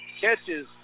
Catches